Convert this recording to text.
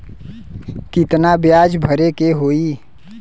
कितना ब्याज भरे के होई?